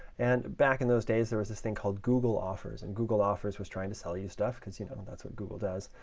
and back in those days, there was this thing called google offers, and google offers was trying to sell you stuff, because you know, that's what google does.